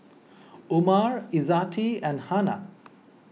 Umar Izzati and Hana